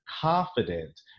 Confident